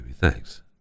Thanks